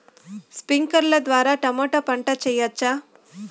స్ప్రింక్లర్లు ద్వారా టమోటా పంట చేయవచ్చా?